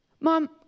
mom